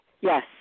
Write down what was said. yes